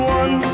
one